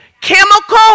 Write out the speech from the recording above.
chemical